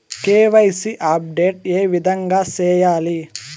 KYC update ఏ విధంగా సేయాలి?